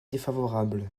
défavorable